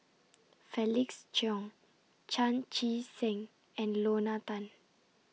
Felix Cheong Chan Chee Seng and Lorna Tan